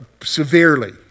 severely